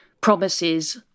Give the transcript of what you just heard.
promises